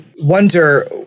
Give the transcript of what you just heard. wonder